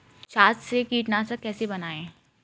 छाछ से कीटनाशक कैसे बनाएँ?